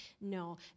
No